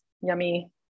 yummy